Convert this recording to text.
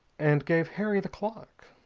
and gave harry the clock.